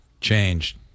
changed